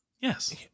Yes